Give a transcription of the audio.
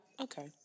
okay